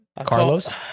Carlos